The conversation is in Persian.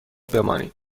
بمانید